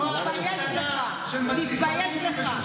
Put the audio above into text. תתבייש לך, תתבייש לך.